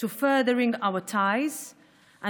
ישראל תמשיך להתקיים ולשגשג,